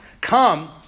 come